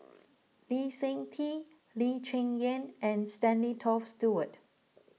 Lee Seng Tee Lee Cheng Yan and Stanley Toft Stewart